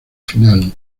final